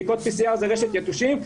בדיקות PCR זה רשת יתושים,